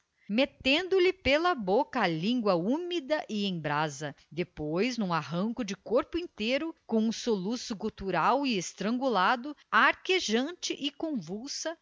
nus metendo lhe pela boca a língua úmida e em brasa depois um arranco de corpo inteiro com um soluço gutural e estrangulado arquejante e convulsa